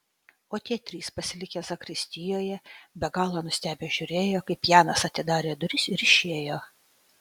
o tie trys pasilikę zakristijoje be galo nustebę žiūrėjo kaip janas atidarė duris ir išėjo